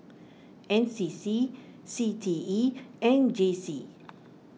N C C C T E and J C